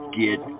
get